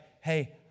hey